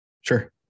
Sure